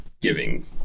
giving